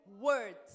words